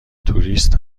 توریست